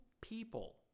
people